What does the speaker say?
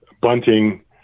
bunting